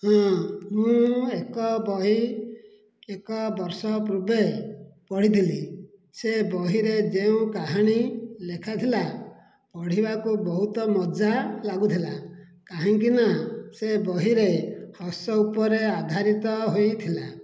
ମୁଁ ଏକ ବହି ଏକ ବର୍ଷ ପୂର୍ବେ ପଢ଼ିଥିଲି ସେ ବହିରେ ଯେଉଁ କାହାଣୀ ଲେଖାଥିଲା ପଢ଼ିବାକୁ ବହୁତ ମଜା ଲାଗୁଥିଲା କାହିଁକିନା ସେ ବହିରେ ହସ ଉପରେ ଆଧାରିତ ହୋଇଥିଲା